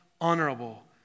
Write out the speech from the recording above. honorable